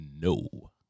no